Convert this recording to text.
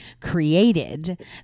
created